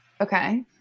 Okay